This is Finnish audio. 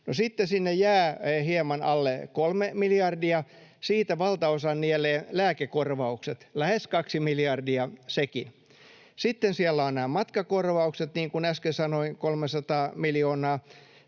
sitten sinne jää hieman alle kolme miljardia. Siitä valtaosan nielee lääkekorvaukset, lähes kaksi miljardia sekin. Sitten siellä on nämä matkakorvaukset, niin kuin äsken sanoin, 300 miljoonaa.